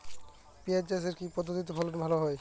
পিঁয়াজ চাষে কি পদ্ধতিতে ফলন ভালো হয়?